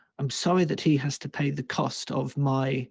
i'm sorry that he has to pay the cost of my